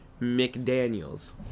McDaniels